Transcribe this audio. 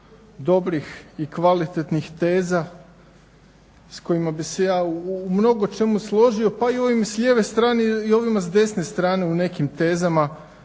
dobrih i kvalitetnih teza s kojima bih se ja u mnogočemu složio, pa i ovim s lijeve strane i ovima s desne strane u nekim tezama.